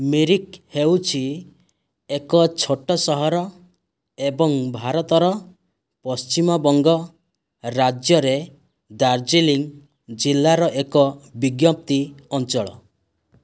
ମିରିକ୍ ହେଉଛି ଏକ ଛୋଟ ସହର ଏବଂ ଭାରତର ପଶ୍ଚିମବଙ୍ଗ ରାଜ୍ୟରେ ଦାର୍ଜିଲିଂ ଜିଲ୍ଲାର ଏକ ବିଜ୍ଞପ୍ତି ଅଞ୍ଚଳ